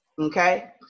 Okay